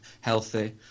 healthy